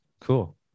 cool